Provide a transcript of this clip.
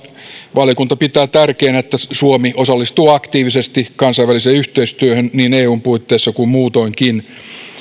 valiokunta pitää tärkeänä että tällä alueella suomi osallistuu aktiivisesti kansainväliseen yhteistyöhön niin eun puitteissa kuin muutoinkin